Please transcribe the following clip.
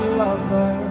lover